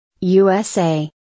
USA